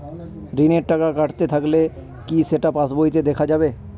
ঋণের টাকা কাটতে থাকলে কি সেটা পাসবইতে দেখা যাবে?